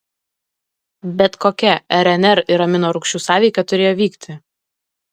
bet kokia rnr ir aminorūgščių sąveika turėjo vykti